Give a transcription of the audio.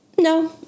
No